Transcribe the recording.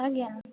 ଆଜ୍ଞା